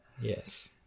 Yes